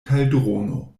kaldrono